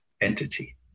entity